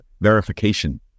verification